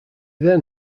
then